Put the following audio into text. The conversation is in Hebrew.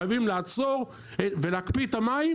חייבים לעצור ולהקפיא את המים,